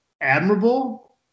admirable